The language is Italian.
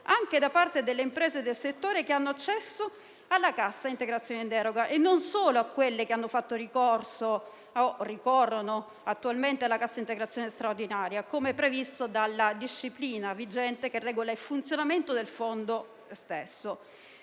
anche da parte delle imprese del settore che hanno accesso alla Cassa integrazione in deroga (CIGD) e non solo da parte di quelle che hanno fatto ricorso o ricorrono attualmente alla Cassa integrazione straordinaria, come previsto dalla disciplina vigente, che regola il funzionamento del Fondo stesso.